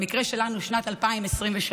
במקרה שלנו שנת 2023,